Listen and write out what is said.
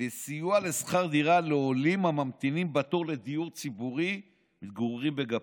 לסיוע לשכר דירה לעולים הממתינים בתור לדיור ציבורי ומתגוררים בגפם.